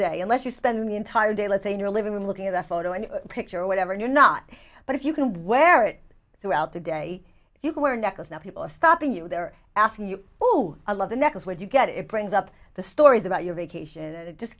day unless you spend the entire day let's say in your living room looking at a photo and picture whatever and you're not but if you can wear it throughout the day you can wear a necklace that people are stopping you they're asking you who i love the necklace where you get it brings up the stories about your vacation and it just